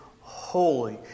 holy